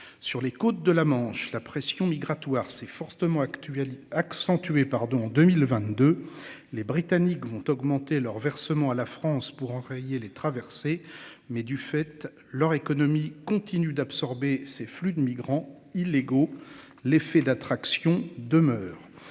sur les côtes de la Manche, la pression migratoire s'est fortement actually accentué pardon en 2022. Les Britanniques vont augmenter leurs versements à la France pour enrayer les traversées mais du fait lors économie continue d'absorber ces flux de migrants illégaux. L'effet d'attraction demeure